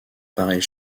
pareille